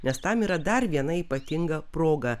nes tam yra dar viena ypatinga proga